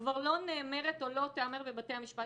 כבר לא נאמרת או לא תיאמר בבתי המשפט